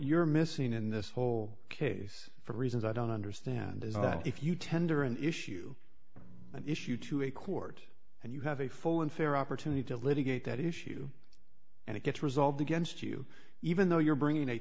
you're missing in this whole case for reasons i don't understand is that if you tender an issue an issue to a court and you have a full and fair opportunity to litigate that issue and it gets resolved against you even though you're bringing a